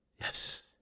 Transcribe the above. Yes